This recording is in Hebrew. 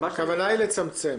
הכוונה היא לצמצם.